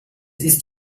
ist